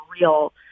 real